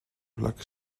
black